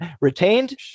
retained